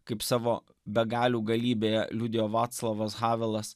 kaip savo begalių galybėje liudijo vaclavas havelas